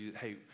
Hey